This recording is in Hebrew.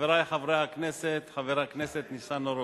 חברי חברי הכנסת, חבר הכנסת ניצן הורוביץ,